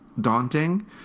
daunting